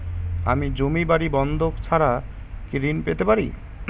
আমি জমি বাড়ি বন্ধক ছাড়া কি ঋণ পেতে পারি?